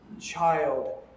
child